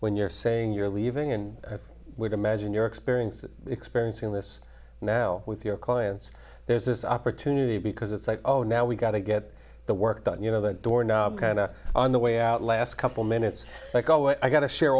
when you're saying you're leaving and i would imagine your experience of experiencing this now with your clients there's this opportunity because it's like oh now we've got to get the work done you know the door knob kind of on the way out last couple minutes like oh i got to share